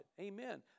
Amen